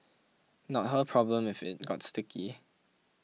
not her problem if it got sticky